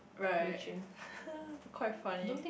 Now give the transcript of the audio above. right quite funny